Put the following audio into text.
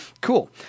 Cool